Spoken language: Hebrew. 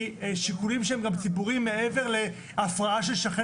הם שיקולים ציבוריים מעבר להפרעה של שכן